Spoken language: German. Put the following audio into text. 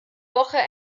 woche